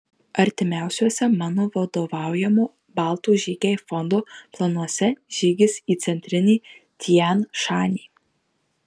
artimiausiuose mano vadovaujamo baltų žygiai fondo planuose žygis į centrinį tian šanį